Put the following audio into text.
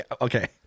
Okay